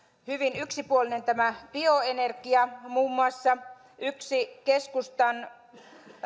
hyvin yksipuolinen bioenergia muun muassa yksi keskustan